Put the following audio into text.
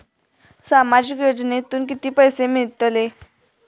सामाजिक योजनेतून किती पैसे मिळतले?